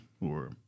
or-